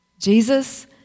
Jesus